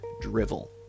drivel